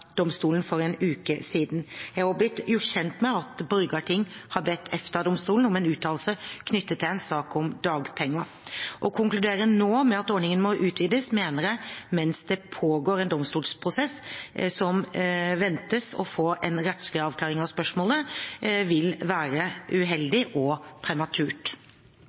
for en uke siden. Jeg er også gjort kjent med at Borgarting har bedt EFTA-domstolen om en uttalelse knyttet til en sak med dagpenger. Å konkludere nå med at ordningen må utvides, mens det pågår en domstolprosess som ventes å gi en rettslig avklaring av spørsmålene, mener jeg vil være uheldig og prematurt.